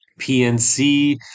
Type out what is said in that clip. PNC